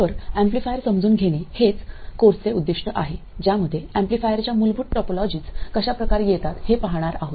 तर एम्पलीफायरसमजून घेणे हेच कोर्सचे उद्दीष्ट्ये आहे ज्यामध्ये एम्पलीफायरच्या मूलभूत टोपोलॉजीज कशा प्रकारे येतात हे पाहणार आहोत